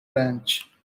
ranch